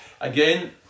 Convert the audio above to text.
Again